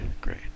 great